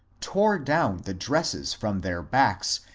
tore down the dresses from their backs,